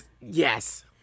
Yes